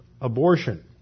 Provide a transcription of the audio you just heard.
abortion